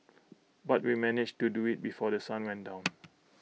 but we managed to do IT before The Sun went down